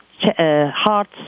hearts